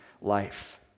life